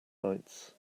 heights